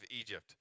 Egypt